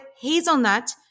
hazelnut